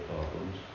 problems